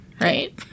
Right